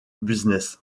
business